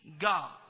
God